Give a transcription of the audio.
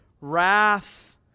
wrath